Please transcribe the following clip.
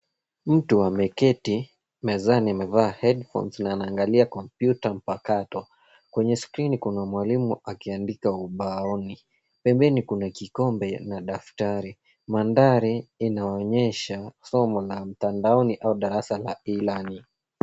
Mtu ameketi mezani amevaa headphones na anaangalia kompyuta mpakato, kwenye skrini kuna mwalimu akiandika ubaoni. Pembeni kuna kikombe na daftari. Mandhari inaonyesha somo la mtandaoni au darasa la e-learning .